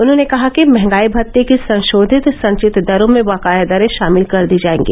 उन्होंने कहा कि महंगाई भत्ते की संशोधित संचित दरों में बकाया दरें शामिल कर दी जायेंगी